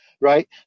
Right